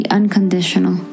unconditional